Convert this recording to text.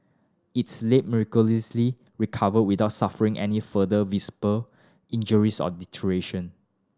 its late miraculously recovered without suffering any further visible injuries or deterioration